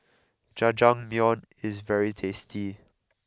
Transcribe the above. Jajangmyeon is very tasty